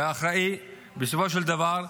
ואחראי בסופו של דבר,